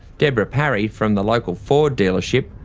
deborah parry from the local ford dealership,